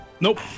Nope